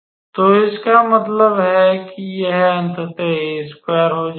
तो इसका मतलब है कि यह अंततः हो जाएगा